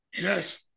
Yes